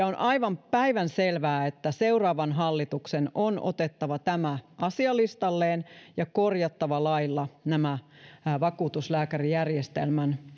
on aivan päivänselvää että seuraavan hallituksen on otettava tämä asialistalleen ja korjattava lailla nämä nämä vakuutuslääkärijärjestelmän